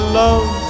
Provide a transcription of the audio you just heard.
love